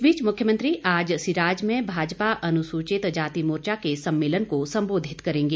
इस बीच मुख्यमंत्री आज सिराज में भाजपा अनुसूचित जाति मोर्चा के सम्मेलन को संबोधित करेंगे